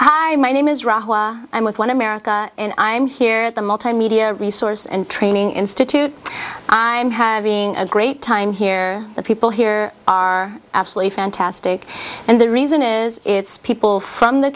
ok my name is rob i'm with one america and i'm here at the multimedia resource and training institute i'm having a great time here the people here are absolutely fantastic and the reason is it's people from the